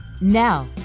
Now